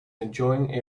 enjoying